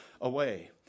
away